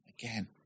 Again